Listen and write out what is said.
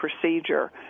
procedure